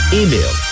email